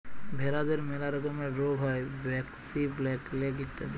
ভেরাদের ম্যালা রকমের রুগ হ্যয় ব্র্যাক্সি, ব্ল্যাক লেগ ইত্যাদি